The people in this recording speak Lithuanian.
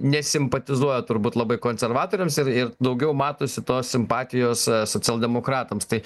nesimpatizuoja turbūt labai konservatoriams ir ir daugiau matosi tos simpatijos socialdemokratams tai